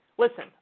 Listen